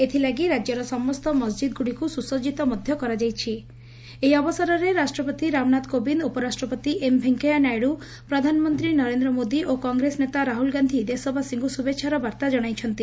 ଏଥିଲାଗି ରାଜ୍ୟର ସମସ୍ ମସ୍ଜିଦ୍ଗୁ କରାଯାଇଛି ଏହି ଅବସରରେ ରାଷ୍ଟ୍ରପତି ରାମନାଥ କୋବିନ୍ଦ ଉପରାଷ୍ଟ୍ରପତି ଏମ୍ ଭେଙ୍କିୟା ନାଇଡୁ ପ୍ରଧାନମନ୍ତୀ ନରେନ୍ଦ୍ର ମୋଦି ଓ କଂଗ୍ରେସ ନେତା ରାହୁଲ୍ ଗାଧି ଦେଶବାସୀଙ୍କୁ ଶୁଭେଛାର ବାର୍ତା ଜଶାଇଛନ୍ତି